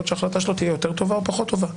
שההחלטה שלו תהיה יותר טובה או פחות טובה.